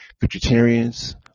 vegetarians